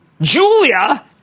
Julia